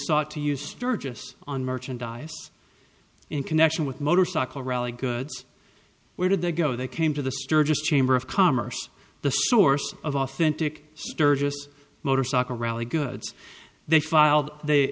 sought to use sturgis on merchandise in connection with motorcycle rally goods where did they go they came to the sturgis chamber of commerce the source of authentic sturgis motorcycle rally goods they filed they